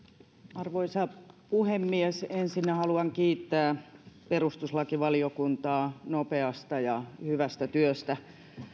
arvoisa puhemies ensinnä haluan kiittää perustuslakivaliokuntaa nopeasta ja hyvästä työstä